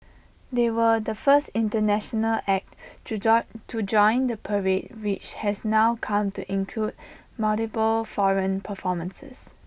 they were the first International act to joy to join the parade which has now come to include multiple foreign performances